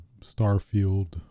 starfield